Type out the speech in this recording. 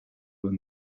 will